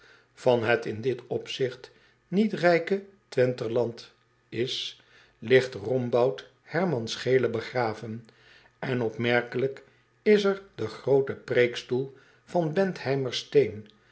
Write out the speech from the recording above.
van het in dit opzigt niet rijke wentherland is ligt adboud erman cheele begraven en opmerkelijk is er de groote preêkstoel van entheimer steen